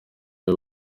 ayo